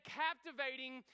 captivating